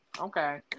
Okay